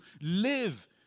live